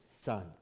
son